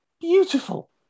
beautiful